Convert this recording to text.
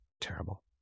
terrible